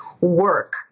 work